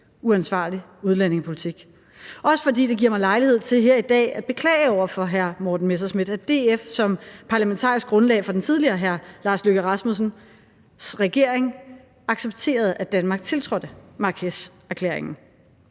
uansvarlig udlændingepolitik, og fordi det giver mig lejlighed til her i dag at beklage over for hr. Morten Messerschmidt, at DF som parlamentarisk grundlag for den tidligere hr. Lars Løkke Rasmussen-regering accepterede, at Danmark tiltrådte Marrakesherklæringen.